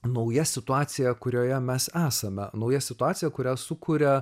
nauja situacija kurioje mes esame nauja situacija kurią sukuria